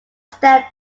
stand